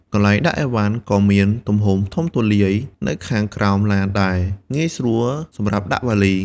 កន្លែងដាក់ឥវ៉ាន់ក៏មានទំហំធំទូលាយនៅខាងក្រោមឡានដែលងាយស្រួលសម្រាប់ដាក់វ៉ាលី។